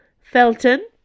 Felton